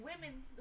women